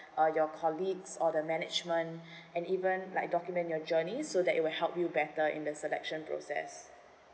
uh your colleagues or the management and even like document your journey so that it will help you better in the selection process